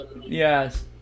Yes